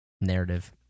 narrative